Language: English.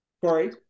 Corey